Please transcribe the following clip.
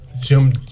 Jim